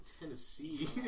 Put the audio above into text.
Tennessee